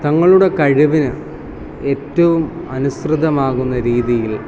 തങ്ങളുടെ കഴിവിന് ഏറ്റവും അനുസൃതമാകുന്ന രീതിയിൽ